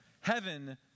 heaven